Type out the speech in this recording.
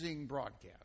broadcast